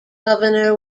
governor